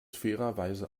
fairerweise